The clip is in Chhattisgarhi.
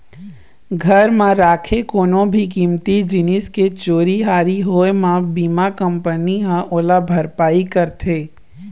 घर म राखे कोनो भी कीमती जिनिस के चोरी हारी होए म बीमा कंपनी ह ओला भरपाई करथे